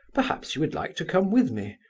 perhaps you would like to come with me.